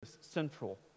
Central